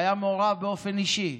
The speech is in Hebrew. שהיה מעורב באופן אישי,